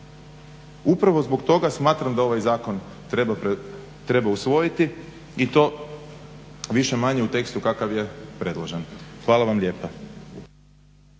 Upravo zbog toga smatram da ovaj zakon treba usvojiti i to više-manje u tekstu kakav je predložen. Hvala vam lijepa.